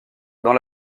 dans